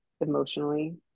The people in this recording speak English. emotionally